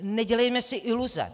Nedělejme si iluze.